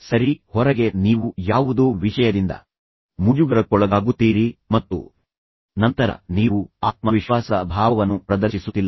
ಸರಿ ಹೊರಗೆ ನೀವು ಯಾವುದೋ ವಿಷಯದಿಂದ ಮುಜುಗರಕ್ಕೊಳಗಾಗುತ್ತೀರಿ ಮತ್ತು ನಂತರ ನೀವು ಆತ್ಮವಿಶ್ವಾಸದ ಭಾವವನ್ನು ಪ್ರದರ್ಶಿಸುತ್ತಿಲ್ಲ